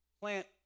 plant